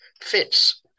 fits